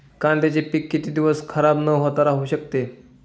कांद्याचे पीक किती दिवस खराब न होता राहू शकते?